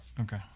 okay